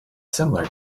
similar